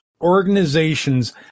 Organizations